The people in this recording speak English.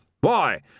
Why